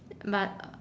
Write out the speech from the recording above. but